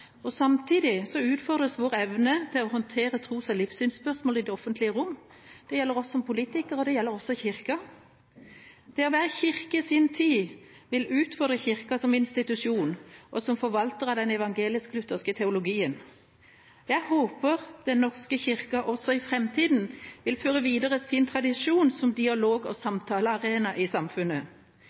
Samtidig utfordres vår evne til å håndtere tros- og livssynsspørsmål i det offentlige rom. Det gjelder oss som politikere, og det gjelder også kirka. Det å være kirke i sin tid vil utfordre kirka som institusjon og som forvalter av den evangelisk-lutherske teologien. Jeg håper Den norske kirke også i framtida vil føre videre sin tradisjon som dialog- og samtalearena i samfunnet.